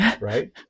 right